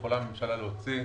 בעקבות הדיבורים שנאמרו פה.